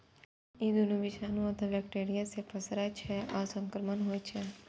ई दुनू विषाणु अथवा बैक्टेरिया सं पसरै छै आ संक्रामक होइ छै